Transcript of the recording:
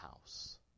house